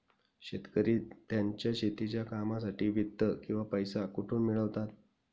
शेतकरी त्यांच्या शेतीच्या कामांसाठी वित्त किंवा पैसा कुठून मिळवतात?